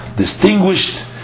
distinguished